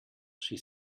she